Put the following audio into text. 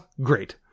great